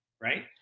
right